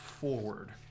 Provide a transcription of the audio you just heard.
forward